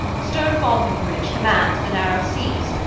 sterne falconbridge commands the narrow seas,